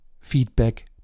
feedback